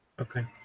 okay